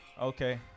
Okay